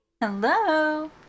Hello